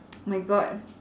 my god